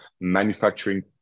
manufacturing